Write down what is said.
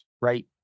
right